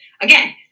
again